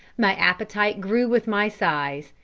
my appetite grew with my size,